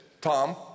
Tom